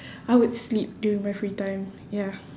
I would sleep during my free time ya